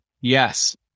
yes